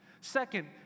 Second